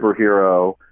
superhero